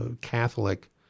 Catholic